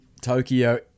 Tokyo